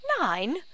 Nine